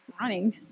running